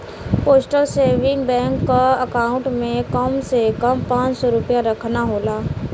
postal saving bank क account में कम से कम पांच सौ रूपया रखना होला